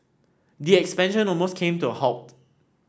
the expansion almost came to a halt